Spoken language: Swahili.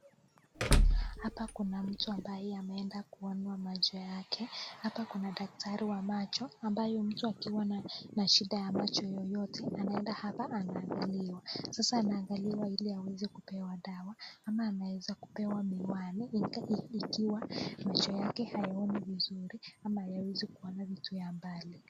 Hapa kuna mtu ambaye huenda ameenda kuonwa macho yake hapa kuna daktari wa macho ambaye mtu akiwa na shida ya macho yoyote anaenda hapa anaangaliwa, sasa anaangaliwa ili aweze kupewa dawa ama anaweza kupewa miwani ikiwa macho yake haioni vizuri ama hayawezi kuona vitu ya mbali.